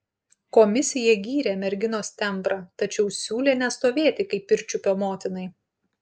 komisija gyrė merginos tembrą tačiau siūlė nestovėti kaip pirčiupio motinai